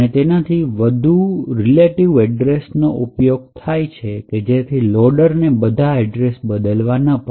તેનાથી વધુ relative address નો ઉપયોગ થાય છે જેથી લોડર ને બધા એડ્રેસ બદલવા ન પડે